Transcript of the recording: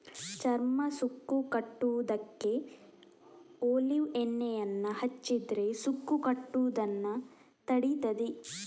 ಚರ್ಮ ಸುಕ್ಕು ಕಟ್ಟುದಕ್ಕೆ ಒಲೀವ್ ಎಣ್ಣೆಯನ್ನ ಹಚ್ಚಿದ್ರೆ ಸುಕ್ಕು ಕಟ್ಟುದನ್ನ ತಡೀತದೆ